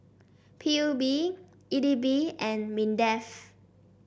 P U B E D B and Mindef